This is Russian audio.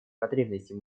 потребностей